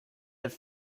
have